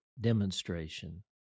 demonstration